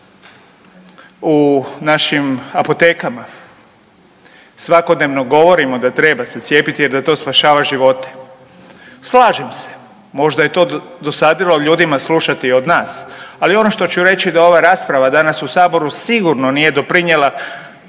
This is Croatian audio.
u apotekama. Svakodnevno govorimo da treba se cijepiti jer da to spašava živote. Slažem se, možda je to dosadilo ljudima slušati od nas, ali ono što ću reći da ova rasprava danas u Saboru nije doprinijela